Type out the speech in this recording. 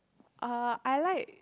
uh I like